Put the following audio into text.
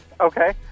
Okay